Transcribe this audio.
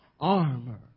armor